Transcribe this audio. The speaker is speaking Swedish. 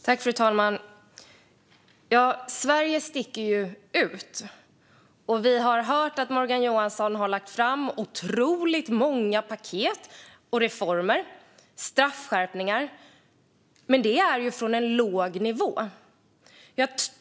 Fru talman! Sverige sticker ut. Vi har hört att Morgan Johansson har lagt fram otroligt många paket och reformer som straffskärpningar, men det är från en låg nivå.